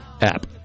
app